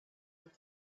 what